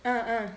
uh uh